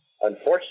unfortunately